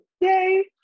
yay